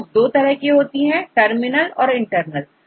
nodes दो तरह की होती है टर्मिनल और इंटरनल